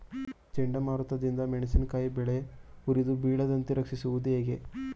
ಚಂಡಮಾರುತ ದಿಂದ ಮೆಣಸಿನಕಾಯಿ ಬೆಳೆ ಉದುರಿ ಬೀಳದಂತೆ ರಕ್ಷಿಸುವುದು ಹೇಗೆ?